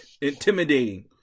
intimidating